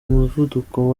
muvuduko